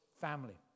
family